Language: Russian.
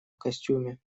костюме